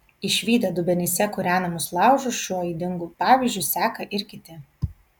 išvydę dubenyse kūrenamus laužus šiuo ydingu pavyzdžiu seka ir kiti